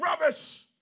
rubbish